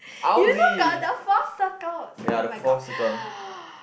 do you know got the four circles [oh]-my-god